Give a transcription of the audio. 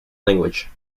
language